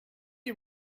you